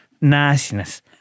nastiness